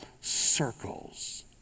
circles